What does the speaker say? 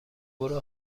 برو